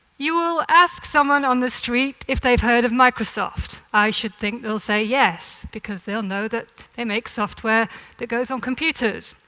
you will ask someone on the street if they've heard of microsoft. i should think they'll say yes, because they'll know that they make software that goes on computers,